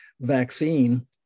vaccine